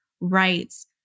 rights